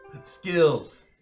Skills